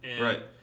Right